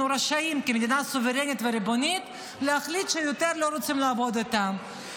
אנחנו רשאים כמדינה סוברנית וריבונית להחליט שיותר לא רוצים לעבוד איתם.